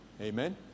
Amen